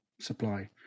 supply